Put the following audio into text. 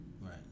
Right